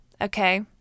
Okay